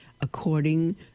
according